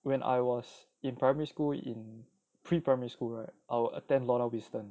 when I was in primary school in pre primary school right I will attend lorna whiston